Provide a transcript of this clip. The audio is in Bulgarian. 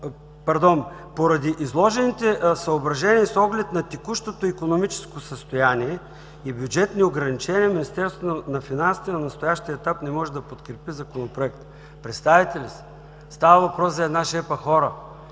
че „Поради изложените съображения и с оглед на текущото икономическо състояние и бюджетни ограничения Министерството на финансите на настоящия етап не може да подкрепи Законопроекта“. Представяте ли си? Става въпрос за шепа хора.